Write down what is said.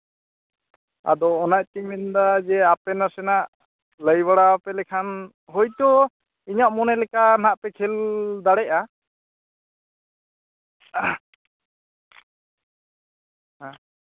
ᱟᱫᱚ ᱚᱱᱟ ᱤᱭᱟᱹᱛᱤᱧ ᱢᱮᱱᱫᱟ ᱡᱮ ᱟᱯᱮ ᱱᱟᱥᱮᱱᱟᱜ ᱞᱟᱹᱭ ᱵᱟᱲᱟᱣᱟᱯᱮ ᱞᱮᱠᱷᱟᱱ ᱦᱳᱭᱛᱳ ᱤᱧᱟᱹᱜ ᱢᱚᱱᱮ ᱞᱮᱠᱟ ᱱᱟᱜ ᱯᱮ ᱠᱷᱮᱞ ᱫᱟᱲᱮᱭᱟᱜᱼᱟ ᱦᱮᱸ